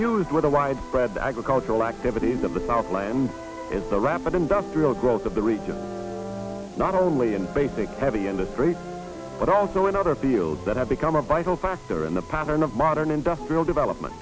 is where the ride bred agricultural activities of the southland is the rapid industrial growth of the region not only in basic heavy industry but also in other fields that have become a vital factor in the pattern of modern industrial development